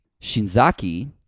Shinzaki